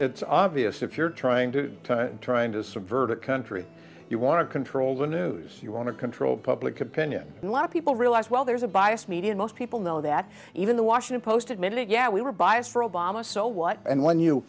it's obvious if you're trying to trying to subvert a country you want to control the news you want to control public opinion and a lot of people realize well there's a biased media most people know that even the washington post admitted yeah we were biased for obama so what and when you